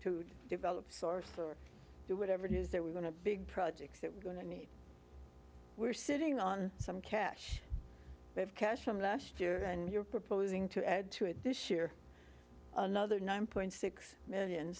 to develop source or do whatever it is that we're going to big projects that we're going to need we're sitting on some cash we have cash from last year and you're proposing to add to it this year another nine point six million